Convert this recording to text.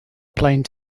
plane